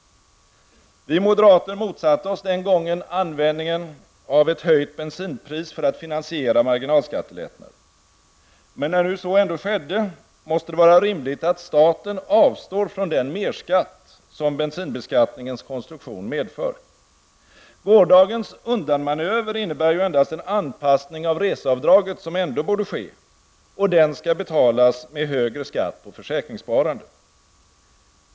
Vi moderater motsatte oss den gången användningen av ett höjt bensinpris för att finansiera marginalskattelättnaderna. Men när nu så ändå skedde, måste det vara rimligt att staten avstår från den merskatt som bensinbeskattningens konstruktion medför. Gårdagens undanmanöver innebär ju endast en anpassning av reseavdraget som ändå borde ske, och den skall betalas med högre skatt på försäkringssparandet.